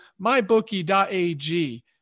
mybookie.ag